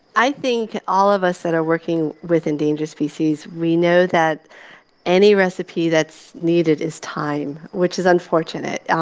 i think all of us that are working with endangered species, we know that any recipe that's needed is time, which is unfortunate.